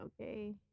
okay